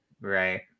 Right